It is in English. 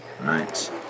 right